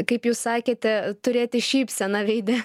kaip jūs sakėte turėti šypseną veide